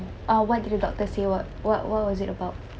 ah what did the doctor say what what what was it about